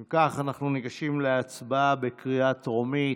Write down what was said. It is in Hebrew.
אם כך, אנחנו נגישים להצבעה בקריאה טרומית,